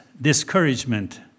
discouragement